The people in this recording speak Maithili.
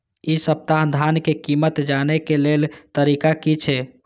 इ सप्ताह धान के कीमत जाने के लेल तरीका की छे?